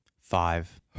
Five